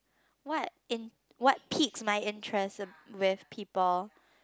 what in what piques my interest in with people